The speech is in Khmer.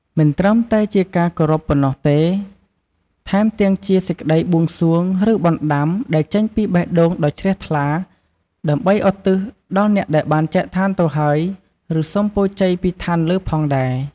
មិនត្រឹមតែជាការគោរពប៉ុណ្ណោះទេ ថែមទាំងជា សេចក្ដីបួងសួង ឬបណ្ដាំ ដែលចេញពីបេះដូងដ៏ជ្រះថ្លា ដើម្បីឧទ្ទិសដល់អ្នកដែលបានចែកឋានទៅហើយ ឬសុំពរជ័យពីឋានលើផងដែរ។